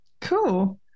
Cool